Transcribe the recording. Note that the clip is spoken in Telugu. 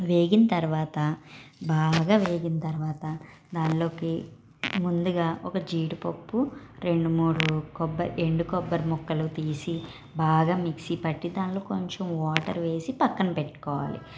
వేగిన తరువాత బాగా వేగిన తరువాత దానిలోకి ముందుగా ఒక జీడిపప్పు రెండు మూడు కొబ్బరి ఎండు కొబ్బరి ముక్కలు తీసి బాగా మిక్సీ పట్టి దానిలో కొంచెం వాటర్ వేసి పక్కన పెట్టుకోవాలి